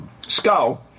skull